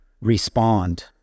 respond